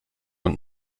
und